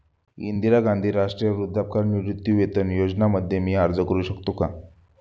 इंदिरा गांधी राष्ट्रीय वृद्धापकाळ निवृत्तीवेतन योजना मध्ये मी अर्ज का करू शकतो का?